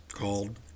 called